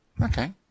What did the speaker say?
okay